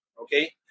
Okay